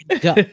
Go